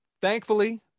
Thankfully